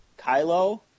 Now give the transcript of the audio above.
Kylo